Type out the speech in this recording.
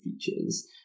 features